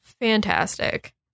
fantastic